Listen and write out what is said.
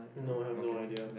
no no no idea